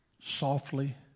Softly